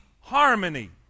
harmony